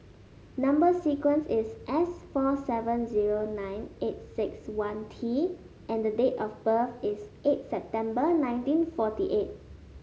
number sequence is S four seven zero nine eight six one T and the date of birth is eight September nineteen forty eight